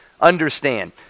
understand